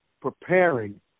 preparing